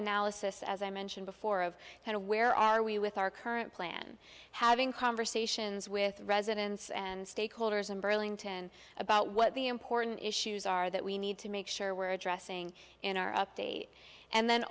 analysis as i mentioned before of kind of where are we with our current plan having conversations with residents and stakeholders in burlington about what the important issues are that we need to make sure we're addressing in our update and then